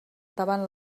davant